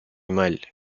mal